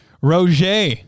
Roger